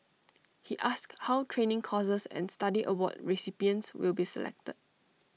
he asked how training courses and study award recipients will be selected